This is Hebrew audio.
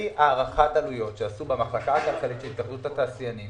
על-פי הערכת עלויות שעשו במחלקה הכלכלית של התאחדות התעשיינים